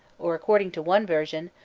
or according to one version,